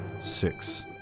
six